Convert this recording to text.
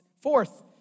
Fourth